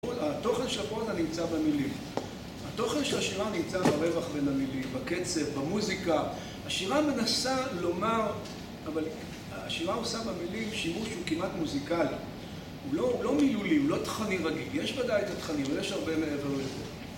התוכן של הפואמה נמצא במילים. התוכן של השירה נמצא ברווח בין המילים, בקצב, במוזיקה, השירה מנסה לומר, אבל השירה עושה במילים שימוש שהוא כמעט מוזיקלי. הוא לא מילולי, הוא לא תכני רגיל, יש בוודאי את התכנים, אבל יש הרבה מעבר לזה